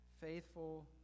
Faithful